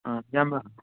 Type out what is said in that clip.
ꯏꯌꯥꯝꯕ